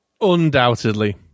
undoubtedly